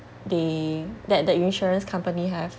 they that the insurance company have